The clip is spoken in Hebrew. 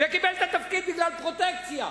וקיבל את התפקיד בגלל פרוטקציה,